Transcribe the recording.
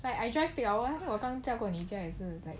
like I drive 我刚才驾过你家也是